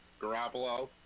Garoppolo